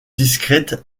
discrète